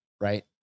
right